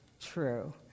true